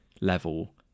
level